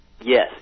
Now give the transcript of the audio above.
Yes